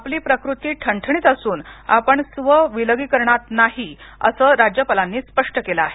आपली प्रकृती ठणठणीत असून आपण स्व विलगीकरणात नाही राज्यपालांनी स्पष्ट केलं आहे